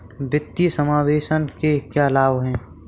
वित्तीय समावेशन के क्या लाभ हैं?